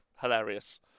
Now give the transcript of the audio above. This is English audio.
Hilarious